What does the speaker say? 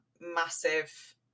massive